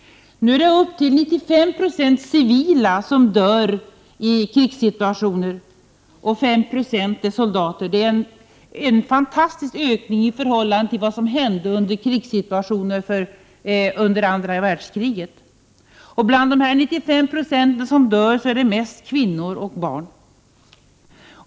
Nu är det upp till 95 9o civila som dör och 5 96 soldater. Det är en fantastisk ökning i förhållande till vad som hände under andra världskriget. Bland de 95 96 som dör är det mest kvinnor och barn.